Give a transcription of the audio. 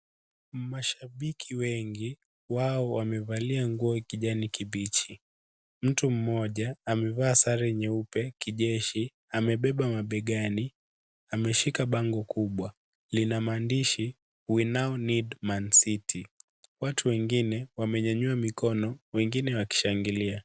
Mashabiki wengi wao wamevalia nguo za kijani kibichi. Mtu mmoja amevaa sare nyeupe kijeshi, amebeba mabegani, ameshika bango kubwa, lina maandishi we now need ManCity. Watu wengine wamenyanyua mikono wengine wakishangilia.